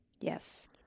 yes